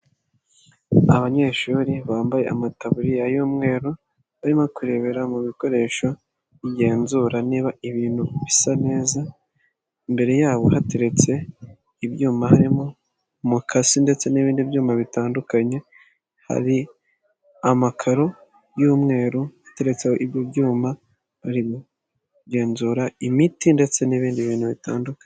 Abanyeshuri bambaye amataburiya y'umweru barimo kurebera mu bikoresho biigenzura niba ibintu bisa neza, imbere yabo hateretse ibyuma harimo umukasi ndetse n'ibindi byuma bitandukanye, hari amakaro y'umweru ateretseho ibyo byuma barimo kugenzura imiti ndetse n'ibindi bintu bitandukanye.